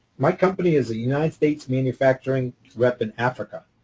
my company is a united states manufacturing rep in africa.